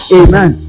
amen